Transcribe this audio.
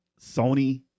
Sony